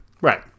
right